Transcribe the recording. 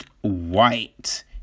white